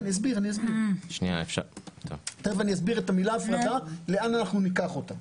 אני אסביר את המילה הפרדה, לאן ניקח אותה.